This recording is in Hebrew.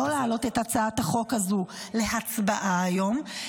לא להעלות את הצעת החוק הזו להצבעה היום,